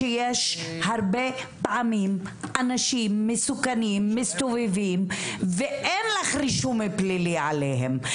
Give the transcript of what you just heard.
שיש הרבה פעמים אנשים מסוכנים שמסתובבים ואין לך רישום פלילי עליהם.